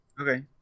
Okay